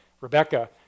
Rebecca